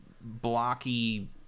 blocky